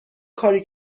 کاری